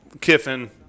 Kiffin